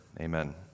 Amen